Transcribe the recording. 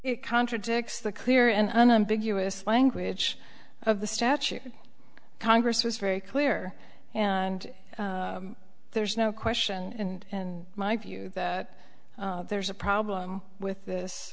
it contradicts the clear and unambiguous language of the statute congress was very clear and there's no question in my view that there's a problem with this